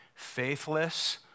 Faithless